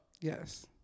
Yes